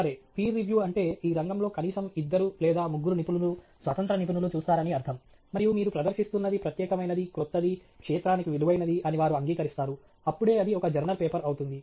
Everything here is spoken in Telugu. సరే పీర్ రివ్యూ అంటే ఈ రంగంలో కనీసం ఇద్దరు లేదా ముగ్గురు నిపుణులు స్వతంత్ర నిపుణులు చూస్తారని అర్థం మరియు మీరు ప్రదర్శిస్తున్నది ప్రత్యేకమైనది క్రొత్తది క్షేత్రానికి విలువైనది అని వారు అంగీకరిస్థారు అప్పుడే అది ఒక జర్నల్ పేపర్ అవుతుంది